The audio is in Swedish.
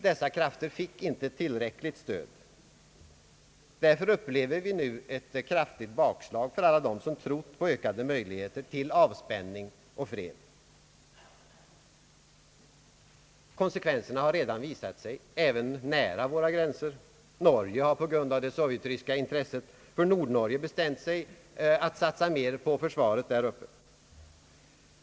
Dessa krafter fick inte tillräckligt stöd. Därför upplever vi nu ett kraftigt bakslag för alla dem som trott på ökade möjligheter till avspänning och fred. Konsekvenserna har redan visat sig även nära våra gränser. Norge har på grund av det sovjetryska intresset för Nordnorge bestämt sig för att satsa mer på försvaret där uppe.